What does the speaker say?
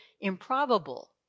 improbable